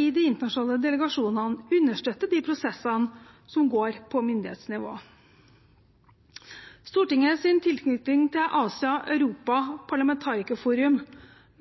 i de internasjonale delegasjonene understøtter de prosessene som går på myndighetsnivå. Stortingets tilknytning til Asia–Europa parlamentarikerforum